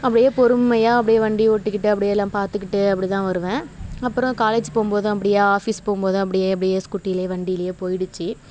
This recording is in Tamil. அப்படியே பொறுமையாக அப்படியே வண்டி ஓட்டிக்கிட்டு அப்படியே எல்லாம் பார்த்துக்கிட்டு அப்படிதான் வருவேன் அப்புறம் காலேஜ் போகும்போதும் அப்படியே ஆஃபீஸ் போகும்போதும் அப்டியே அப்படியே ஸ்கூட்டிலேயே வண்டிலேயே போயிடுச்சு